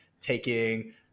taking